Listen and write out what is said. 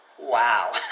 wow